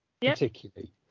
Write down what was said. particularly